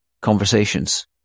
conversations